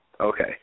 Okay